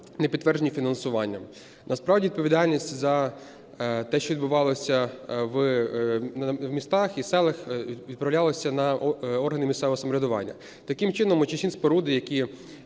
не підтверджені фінансуванням. Насправді відповідальність за те, що відбувалося в містах і селах, відправлялася на органи місцевого самоврядування. Таким чином, очисні споруди, які